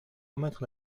remettre